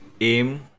aim